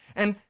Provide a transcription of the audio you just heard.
and,